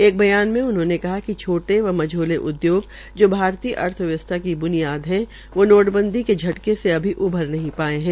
एक बयान में उन्होंने कहा कि छोटे मझौले उद्योग जो भारतीय अर्थव्यवसथा की ब्नियाद है वो नोटबंदी के झटके से उभर नहीं पाये है